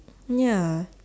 ya